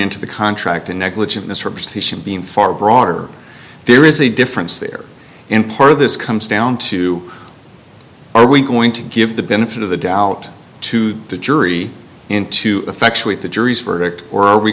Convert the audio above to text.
into the contract and negligent mr perception being far broader there is a difference there and part of this comes down to are we going to give the benefit of the doubt to the jury into the factual the jury's verdict or are we